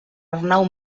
arnau